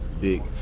big